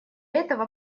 этого